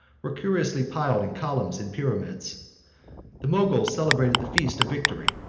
were curiously piled in columns and pyramids the moguls celebrated the feast of victory,